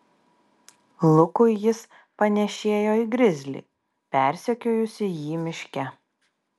lukui jis panėšėjo į grizlį persekiojusį jį miške